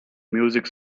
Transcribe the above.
music